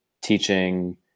teaching